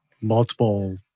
multiple